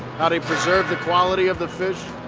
how they preserve the quality of the fish,